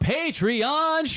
Patreon